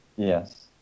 Yes